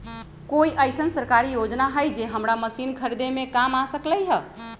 कोइ अईसन सरकारी योजना हई जे हमरा मशीन खरीदे में काम आ सकलक ह?